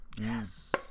Yes